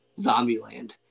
Zombieland